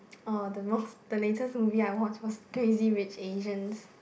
orh the most the latest movie I watched was Crazy-Rich-Asians